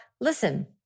listen